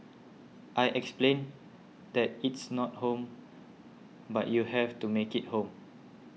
I explained that it's not home but you have to make it home